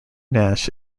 nash